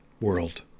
world